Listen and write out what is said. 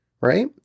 right